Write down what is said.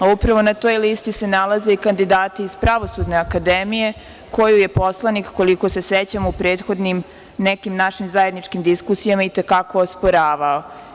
Upravo na toj listi se nalaze i kandidati iz Pravosudne akademije koju je poslanik, koliko se sećam, u prethodnim nekim našim zajedničkim diskusijama i te kako osporavao.